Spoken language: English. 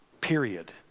Period